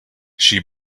she